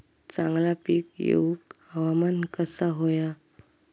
चांगला पीक येऊक हवामान कसा होया?